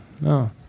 no